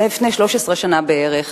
זה היה לפני 13 שנה בערך.